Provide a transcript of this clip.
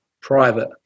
private